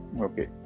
Okay